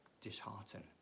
dishearten